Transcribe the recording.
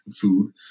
food